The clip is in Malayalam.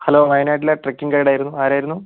ഹലോ വയനാട്ടിലെ ട്രെക്കിങ്ങ് ഗൈഡ് ആയിരുന്നു ആരായിരുന്നു